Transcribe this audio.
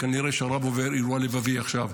כנראה שהרב עובר אירוע לבבי עכשיו.